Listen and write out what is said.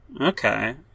Okay